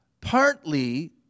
Partly